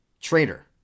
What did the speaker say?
traitor